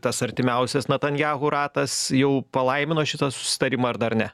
tas artimiausias natanjahu ratas jau palaimino šitą susitarimą ar dar ne